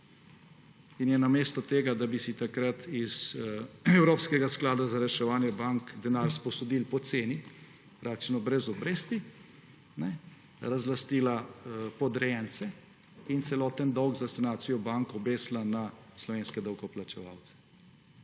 in je namesto tega, da bi si takrat iz Evropskega sklada za reševanje bank denar sposodili po ceni, praktično brez obresti, razlastila podrejence in celoten dolg za sanacijo bank obesila na slovenske davkoplačevalce.